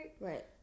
Right